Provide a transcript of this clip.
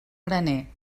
graner